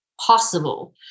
possible